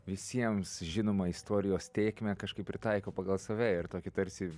visiems žinomą istorijos tėkmę kažkaip pritaiko pagal save ir tokį tarsi